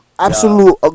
absolute